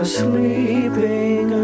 sleeping